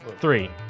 Three